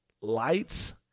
Lights